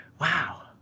wow